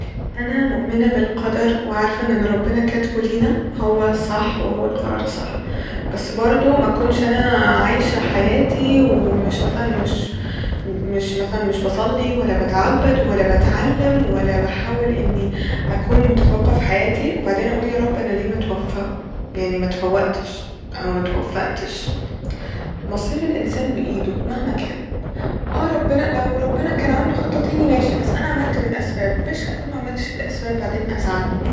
أنا مؤمنة بالقدر وعارفه إن اللي ربنا كاتبه لينا هو الصح وهو القرار الصح بس برضه مكنش أنا عايشه حياتي و مش مثلا مش مش مثلا مش بصلي ولا بتعبد ولا بتعلم ولا بحاول إني أكون متفوقة ف حياتي وبعدين أقول يا رب أنا ليه متوفقت يعني متفوقتش أو متوفقتش ، مصير الانسان بايده مهما كان اه ربنا لو ربنا كان عنده خطة تاني ماشي بس أنا عملت بالاسباب مش اكون معملتش بالأسباب بعدين أزعل